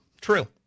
True